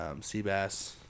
Seabass